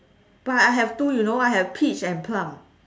but I have two you know I have peach and plum